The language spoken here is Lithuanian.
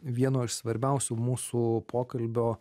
vieno iš svarbiausių mūsų pokalbio